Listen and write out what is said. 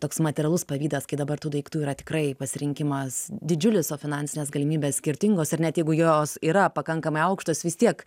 toks materialus pavydas kai dabar tų daiktų yra tikrai pasirinkimas didžiulis o finansinės galimybės skirtingos ir net jeigu jos yra pakankamai aukštos vis tiek